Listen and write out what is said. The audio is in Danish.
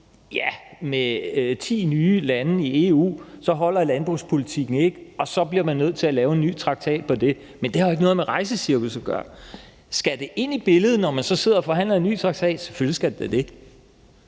Ja, med ti nye lande i EU holder landbrugspolitikken ikke. Så bliver man nødt til at lave en ny traktat på det, men det har jo ikke noget med rejsecirkusset at gøre. Skal det ind i billedet, når man så sidder og forhandler en ny traktat? Selvfølgelig skal det da det.